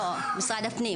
לא, משרד הפנים.